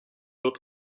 wird